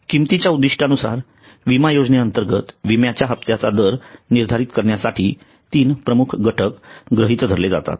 किमतीच्या उद्दिष्टांनुसार विमा योजनेंतर्गत विम्याच्या हप्त्याचा दर निर्धारित करण्यासाठी 3 मुख्य घटक गृहीत धरले जातात